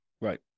Right